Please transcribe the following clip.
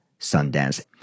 Sundance